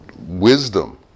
wisdom